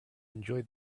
enjoy